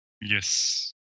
yes